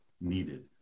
needed